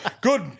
good